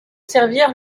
servirent